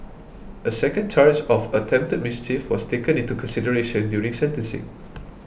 a second charge of attempted mischief was taken into consideration during sentencing